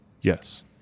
Yes